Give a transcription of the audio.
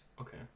Okay